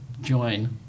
join